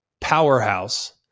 powerhouse